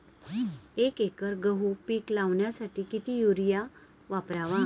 एक एकर गहू पीक लावण्यासाठी किती युरिया वापरावा?